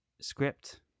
script